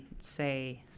say